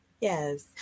Yes